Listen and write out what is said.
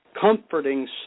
comforting